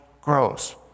grows